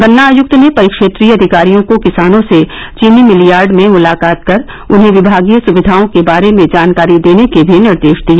गन्ना आयुक्त ने परिक्षेत्रीय अधिकारियों को किसानों से चीनी भिल यार्ड में मुलाकात कर उन्हें विभागीय सुविघाओं के बारे में जानकारी देने के भी निर्देश दिए